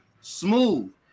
smooth